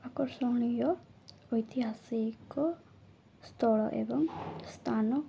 ଆକର୍ଷଣୀୟ ଐତିହାସିକ ସ୍ଥଳ ଏବଂ ସ୍ଥାନ